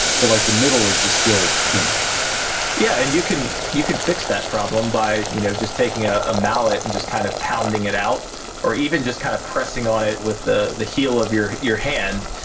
but like the middle is just still pink yeah, and you can you can fix that problem by you know just taking a mallet and just kind of pounding it out or even just kinda kind of pressing on it with the the heel of your your hand,